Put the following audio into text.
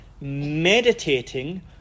meditating